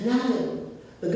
no but